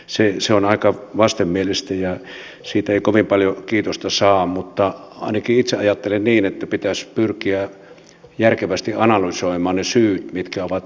se on aika vastenmielistä ja siitä ei kovin paljoa kiitosta saa mutta ainakin itse ajattelen niin että pitäisi pyrkiä järkevästi analysoimaan ne syyt mitkä ovat johtaneet tähän